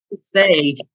say